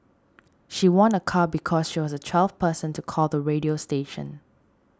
she won a car because she was the twelfth person to call the radio station